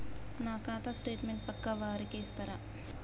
నా ఖాతా స్టేట్మెంట్ పక్కా వారికి ఇస్తరా?